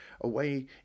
away